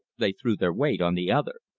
they threw their weight on the other.